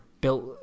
built